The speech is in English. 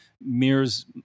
mirrors